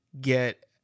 get